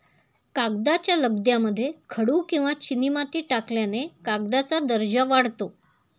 कागदाच्या लगद्यामध्ये खडू किंवा चिनीमाती टाकल्याने कागदाचा दर्जा वाढतो